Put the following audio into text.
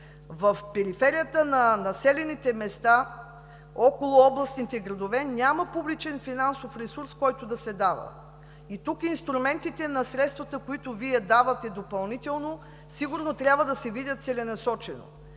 в периферията на населените места около областните градове няма публичен финансов ресурс, който да се дава. Тук инструментите на средствата, които давате допълнително, сигурно трябва да се видят целенасочено